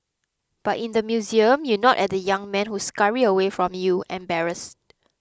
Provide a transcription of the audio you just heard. but in the museum you nod at the young men who scurry away from you embarrassed